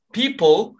people